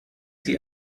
sie